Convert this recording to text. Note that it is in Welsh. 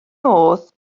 modd